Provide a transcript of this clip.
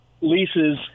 leases